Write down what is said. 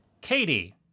Katie